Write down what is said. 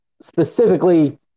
specifically